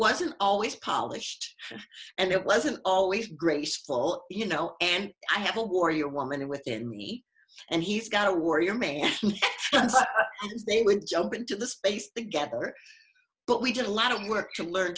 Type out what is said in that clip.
wasn't always polished and it wasn't always graceful you know and i have a warrior woman within me and he's got a warrior man they would jump into the space together but we did a lot of work to learn